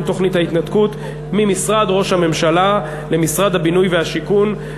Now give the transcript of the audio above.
תוכנית ההתנתקות" ממשרד ראש הממשלה למשרד הבינוי והשיכון,